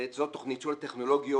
וזאת תוך ניצול טכנולוגיות.